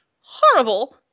horrible